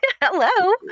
Hello